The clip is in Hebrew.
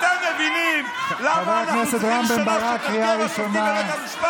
אתם מבינים למה אנחנו צריכים לשנות את הרכב השופטים בבית המשפט?